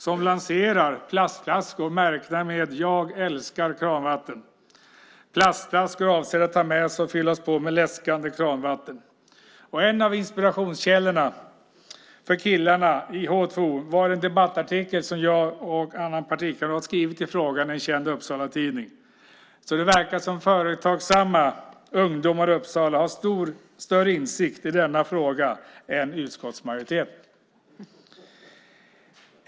Det lanserar plastflaskor märkta med "Jag älskar kranvatten" avsedda att tas med och fyllas på med läskande kranvatten. En av inspirationskällorna för killarna i H2O var en debattartikel som jag och en partikamrat skrivit i frågan i en känd Uppsalatidning. Det verkar som företagsamma ungdomar i Uppsala har större insikt i denna fråga än utskottsmajoriteten.